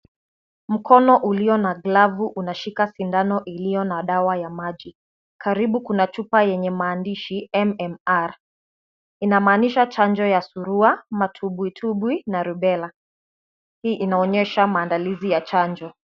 Mkono ulio na glavu unashika sindano iliyo na dawa ya maji. Karibu kuna chupa yenye maandishi MMR , inamaanisha chanjo ya surua, matubwitubwi na rubela. Hii inaonyesha maandalizi ya chanjo.